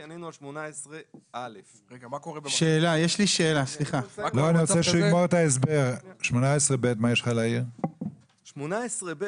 לדעתי, ענינו על 18א. 18ב